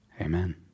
Amen